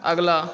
अगला